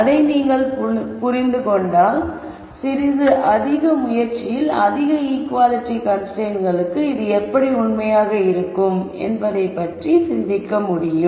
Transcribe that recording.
அதை நீங்கள் புரிந்து கொண்டால் சிறிது அதிக முயற்சியில் அதிக ஈக்குவாலிட்டி கன்ஸ்ரைன்ட்களுக்கு இது எப்படி உண்மையாக இருக்கும் என்பதைப் பற்றி சிந்திக்க முடியும்